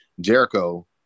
jericho